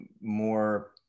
more